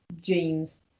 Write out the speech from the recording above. jeans